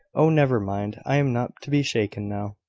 oh, never mind! i am not to be shaken now.